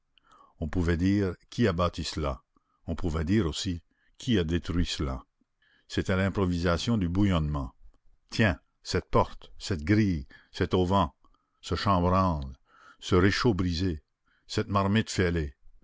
on pouvait dire qui a bâti cela on pouvait dire aussi qui a détruit cela c'était l'improvisation du bouillonnement tiens cette porte cette grille cet auvent ce chambranle ce réchaud brisé cette marmite fêlée